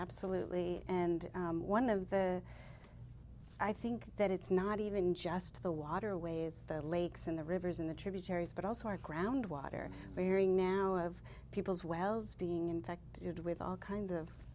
absolutely and one of the i think that it's not even just the waterways the lakes in the rivers in the tributaries but also our groundwater varying now of people's wells being infected with all kinds